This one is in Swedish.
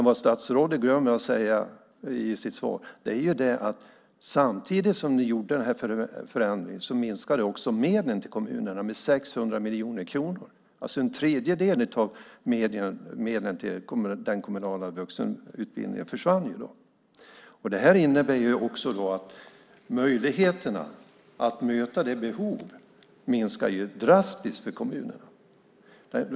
Vad statsrådet glömde att säga i sitt svar är att samtidigt som man gjorde den här förändringen minskade man medlen till kommunerna med 600 miljoner kronor. En tredjedel av medlen till den kommunala vuxenutbildningen försvann alltså. Det innebär att möjligheten att möta behoven drastiskt minskar för kommunerna.